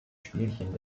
spielchen